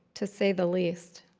to say the least.